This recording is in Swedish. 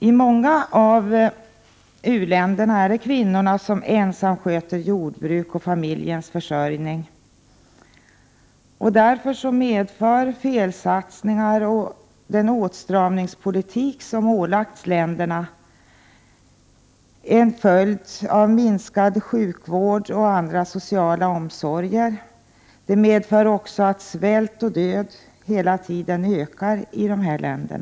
I många av u-länderna är det kvinnorna som ensamma sköter jordbruk och familjens försörjning. Därför medför felsatsningar och den åtstramningspolitik som ålagts länderna, med minskade sjukvårdsoch andra sociala omsorger som följd, att svält och död hela tiden ökar i dessa länder.